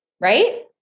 Right